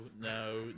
no